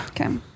Okay